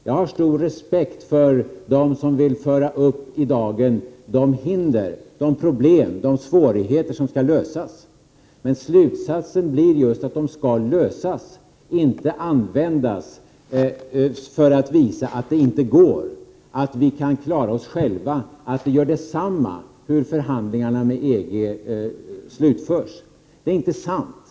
Jag har stor respekt för dem som vill föra upp i dagen de hinder, de problem och de svårigheter som skall lösas. Slutsatsen blir ju emellertid att de skall lösas och inte användas för att visa att det inte går, att vi kan klara oss själva och att det gör detsamma hur förhandlingarna med EG slutförs. Det är inte sant.